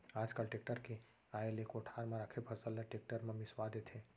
आज काल टेक्टर के आए ले कोठार म राखे फसल ल टेक्टर म मिंसवा देथे